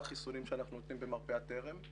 החיסונים שאנחנו נותנים לשפעת הם במרפאת טרם.